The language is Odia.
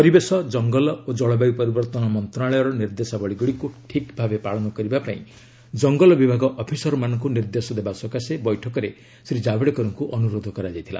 ପରିବେଶ ଜଙ୍ଗଲ ଓ ଜଳବାୟୁ ପରିବର୍ତ୍ତନ ମନ୍ତ୍ରଣାଳୟର ନିର୍ଦ୍ଦେଶାବଳୀଗୁଡ଼ିକୁ ଠିକ୍ ଭାବେ ପାଳନ କରିବା ପାଇଁ ଜଙ୍ଗଲ ବିଭାଗ ଅଫିସରମାନଙ୍କୁ ନିର୍ଦ୍ଦେଶ ଦେବା ସକାଶେ ବୈଠକରେ ଶ୍ରୀ ଜାବଡେକରଙ୍କୁ ଅନୁରୋଧ କରାଯାଇଥିଲା